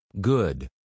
Good